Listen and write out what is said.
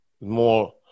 More